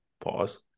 pause